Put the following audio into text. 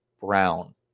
Brown